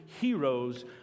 heroes